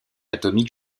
atomique